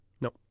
No